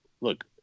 look